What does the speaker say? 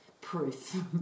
proof